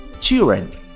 Children